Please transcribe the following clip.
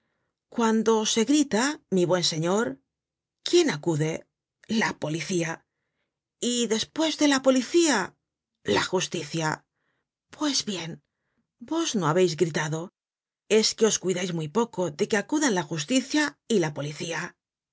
cuando se grita mi buen señor quién acude la policía y despues de la policía la justicia pues bien vos no habeis gritado es que os cuidais muy poco de que acudan la justicia y la policía